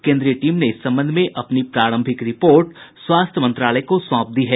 केन्द्रीय टीम ने इस संबंध में अपनी प्रारंभिक रिपोर्ट स्वास्थ्य मंत्रालय को सौंप दी है